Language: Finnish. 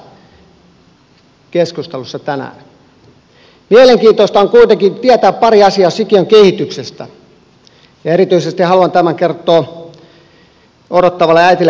mielenkiintoista on kuitenkin tietää pari asiaa sikiön kehityksestä ja erityisesti haluan tämän kertoa odottavalle äidille grahn laasoselle